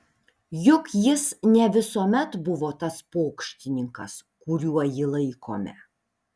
juk jis ne visuomet buvo tas pokštininkas kuriuo jį laikome